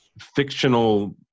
fictional